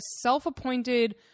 self-appointed